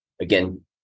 again